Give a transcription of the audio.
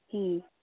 হুম